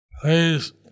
Please